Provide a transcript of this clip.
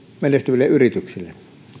menestyville yrityksille